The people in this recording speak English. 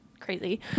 crazy